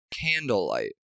candlelight